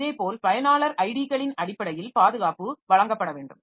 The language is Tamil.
இதேபோல் பயனாளர் ஐடிக்களின் அடிப்படையில் பாதுகாப்பு வழங்கப்பட வேண்டும்